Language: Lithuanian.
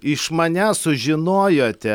iš manęs sužinojote